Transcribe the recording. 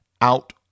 out